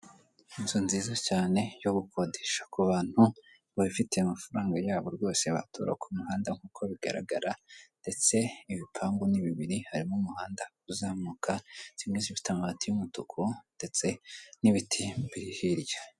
Inzu nziza cyane yo gukodesha ku bantu babifitiye amafaranga yabo rwose batura ku muhanda nk'uko bigaragara, ndetse ibipangu n' bibiri harimo umuhanda uzamuka kimwe zifite amabati y'umutuku ndetse n'ibiti mbiri hirya.